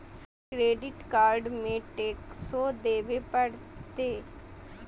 Credit card में टेक्सो देवे परते?